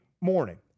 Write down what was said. morning